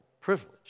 privilege